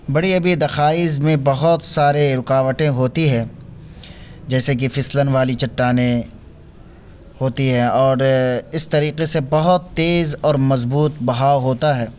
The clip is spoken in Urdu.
بڑی ابھی دخائز میں بہت سارے رکاوٹیں ہوتی ہے جیسے کے پھسلن والی چٹانیں ہوتی ہے اور اس طریقے سے بہت تیز اور مضبوط بہاؤ ہوتا ہے